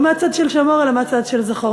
מהצד של "שמור" אלא מהצד של "זכור",